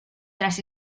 tras